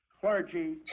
clergy